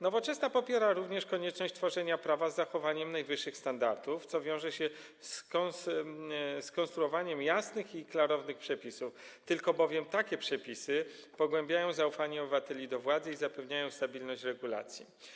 Nowoczesna popiera również konieczność tworzenia prawa z zachowaniem najwyższych standardów, co wiąże się z konstruowaniem jasnych i klarownych przepisów, bowiem tylko takie przepisy pogłębiają zaufanie obywateli do władzy i zapewniają stabilność regulacji.